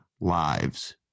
lives